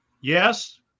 Yes